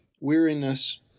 weariness